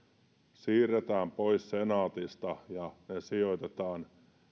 siirretään pois senaatista ja ne sijoitetaan